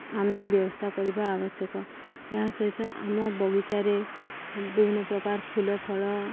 ଆମେ ବ୍ୟବସ୍ଥା କରିବା ଆବଶ୍ୟକ ଏହା ସହିତ ଆମ ବଗିଚାରେ ବିଭିନ୍ନ ପ୍ରକାର ଫୁଲ ଫଳ